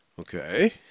Okay